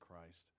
christ